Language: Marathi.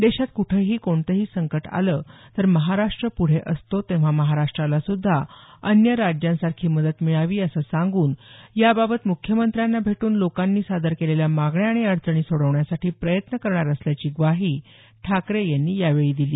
देशात कुठंही कोणतंही संकट आलं तर महाराष्ट्र पुढे असतो तेव्हा महाराष्ट्रालासुद्धा अन्य राज्यांसारखी मदत मिळावी असं सांगून याबाबत मुख्यमंत्र्यांना भेटून लोकांनी सादर केलेल्या मागण्या आणि अडचणी सोडवण्यासाठी प्रयत्न करणार असल्याची ग्वाही ठाकरे यांनी यावेळी दिली